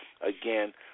again